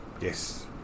Yes